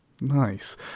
nice